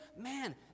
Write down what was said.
man